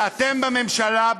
ואתם בממשלה,